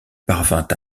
parvint